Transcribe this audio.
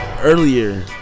earlier